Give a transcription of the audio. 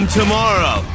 tomorrow